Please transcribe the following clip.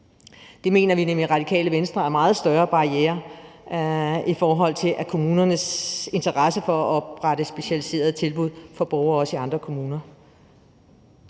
Der mener vi nemlig i Radikale Venstre at der er meget større barrierer i forhold til kommunernes interesse for at oprette specialiserede tilbud for borgere også i andre kommuner.